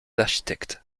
architectes